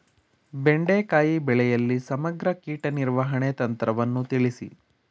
ಬೆಂಡೆಕಾಯಿ ಬೆಳೆಯಲ್ಲಿ ಸಮಗ್ರ ಕೀಟ ನಿರ್ವಹಣೆ ತಂತ್ರವನ್ನು ತಿಳಿಸಿ?